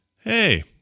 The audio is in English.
hey